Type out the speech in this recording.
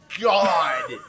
god